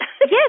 Yes